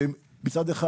מצד אחד.